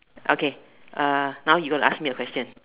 okay now you going to ask me a question